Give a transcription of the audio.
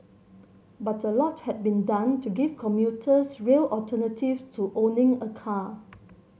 but a lot had been done to give commuters real alternative to owning a car